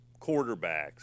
quarterbacks